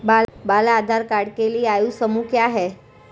बाल आधार कार्ड के लिए आयु समूह क्या है?